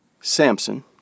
Samson